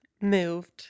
moved